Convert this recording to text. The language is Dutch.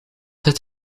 het